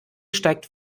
steigt